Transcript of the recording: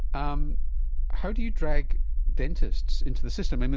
um how do you drag dentists into the system?